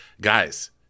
Guys